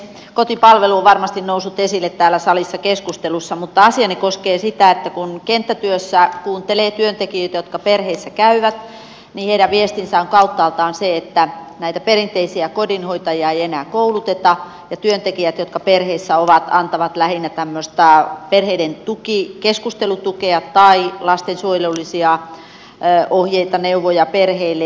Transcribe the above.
kotipalvelu on varmasti noussut esille täällä salissa keskustelussa mutta asiani koskee sitä että kun kenttätyössä kuuntelee työntekijöitä jotka perheissä käyvät niin heidän viestinsä on kauttaaltaan se että näitä perinteisiä kodinhoitajia ei enää kouluteta ja työntekijät jotka perheissä ovat antavat lähinnä tämmöistä perheiden keskustelutukea tai lastensuojelullisia ohjeita neuvoja perheille